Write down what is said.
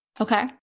Okay